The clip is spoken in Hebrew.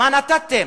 מה נתתם?